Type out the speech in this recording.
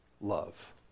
love